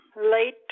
late